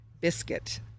biscuit